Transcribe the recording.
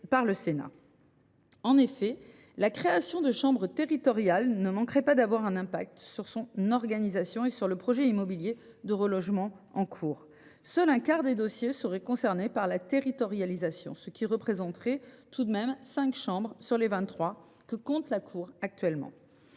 En effet, la création de chambres territoriales ne manquerait pas d’avoir un impact sur son organisation et sur le projet immobilier de relogement en cours. Seul un quart des dossiers serait concerné par la territorialisation, ce qui représenterait tout de même cinq chambres sur les vingt trois que compte la cour.